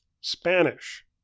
Spanish